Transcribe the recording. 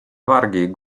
wargi